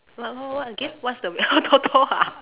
what what what again what's the w~ TOTO ah